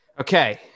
Okay